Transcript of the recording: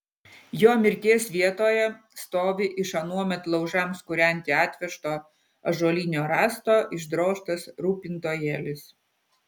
jo mirties vietoje stovi iš anuomet laužams kūrenti atvežto ąžuolinio rąsto išdrožtas rūpintojėlis